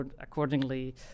accordingly